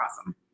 awesome